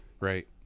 Right